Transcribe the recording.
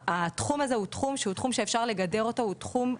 התחום הזה הוא תחום שאפשר לגדר אותו; הוא תחום אחד,